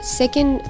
second